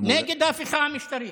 נגד ההפיכה המשטרית.